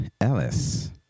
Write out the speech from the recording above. Ellis